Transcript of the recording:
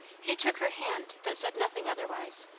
he took her hand, but said nothing otherwise.